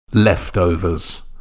Leftovers